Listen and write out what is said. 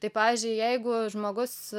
tai pavyzdžiui jeigu žmogus